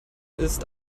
ist